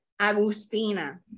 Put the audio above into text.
Agustina